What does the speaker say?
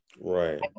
right